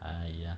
!haiya!